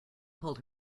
pulled